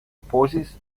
opposes